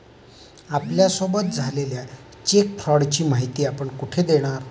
आपल्यासोबत झालेल्या चेक फ्रॉडची माहिती आपण कुठे देणार?